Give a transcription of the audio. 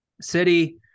city